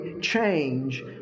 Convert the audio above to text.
change